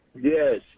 Yes